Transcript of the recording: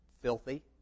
filthy